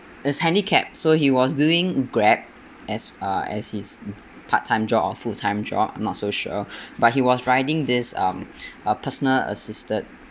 is handicapped so he was doing Grab as uh as his part-time job or full-time job not so sure but he was riding this um uh personal assisted